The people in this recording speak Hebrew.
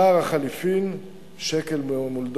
שער החליפין שקל מול דולר,